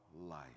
life